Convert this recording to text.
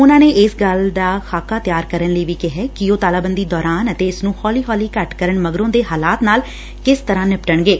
ਉਨਾਂ ਨੇ ਇਸ ਗੱਲ ਦਾ ਖ਼ਾਕਾ ਤਿਆਰ ਕਰਨ ਲਈ ਵੀ ਕਿਹੈ ਕਿ ਉਂਹ ਤਾਲਾਬੰਦੀ ਦੌਰਾਨ ਅਤੇ ਇਸ ਨੂੰ ਹੌਲੀ ਹੌਲੀ ਘੱਟ ਕਰਨ ਮਗਰੋਂ ਦੇ ਹਾਲਾਤ ਨਾਲ ਕਿਸ ਤਰੁਾ ਨਿਪਟਣਗੇ